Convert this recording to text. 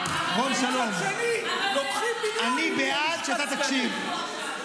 ומצד שני לוקחים מיליונים ללשכת סגנים.